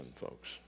folks